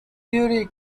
theory